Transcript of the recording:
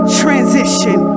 transition